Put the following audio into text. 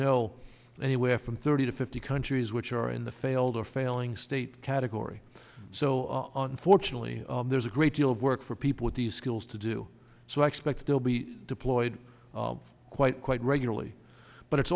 know anywhere from thirty to fifty countries which are in the failed or failing state category so unfortunately there's a great deal of work for people with the skills to do so i expect they'll be deployed quite quite regularly but it's